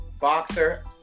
boxer